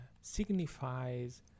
signifies